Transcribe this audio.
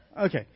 okay